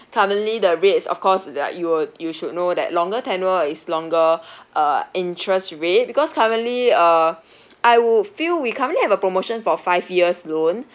currently the rates of course there're you would you should know that longer tenure is longer uh interest rate because currently uh I would feel we currently have a promotion for five years loan